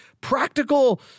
practical